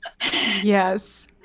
Yes